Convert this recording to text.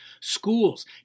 schools